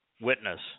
witness